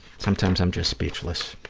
sometimes i'm just speechless.